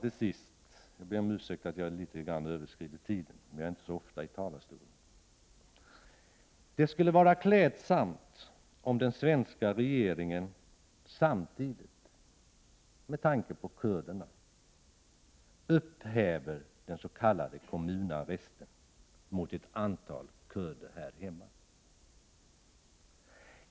Jag ber om ursäkt för att jag överskrider taletiden litet grand. Men jag är inte så ofta uppe i talarstolen. Till sist vill jag säga att det skulle vara klädsamt om den svenska regeringen samtidigt, med tanke på kurderna, upphäver den s.k. kommunarresten beträffande ett antal kurder här hemma.